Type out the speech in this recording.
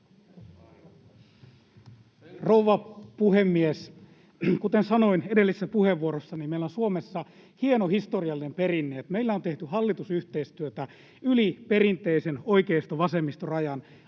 Rouva puhemies! Kuten sanoin edellisessä puheenvuorossani, meillä on Suomessa hieno historiallinen perinne, että meillä on tehty hallitusyhteistyötä yli perinteisen oikeisto—vasemmisto-rajan.